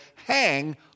Hang